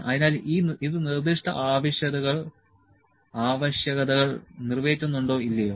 അതിനാൽ ഇത് നിർദ്ദിഷ്ട ആവശ്യകതകൾ നിറവേറ്റുന്നുണ്ടോ ഇല്ലയോ